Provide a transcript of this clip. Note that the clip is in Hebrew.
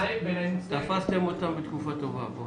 תפסתם אותם בתקופה טובה.